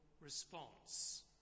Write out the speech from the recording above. Response